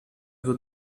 wird